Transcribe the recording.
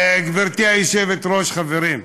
גברתי היושבת-ראש, חברים,